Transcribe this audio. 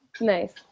Nice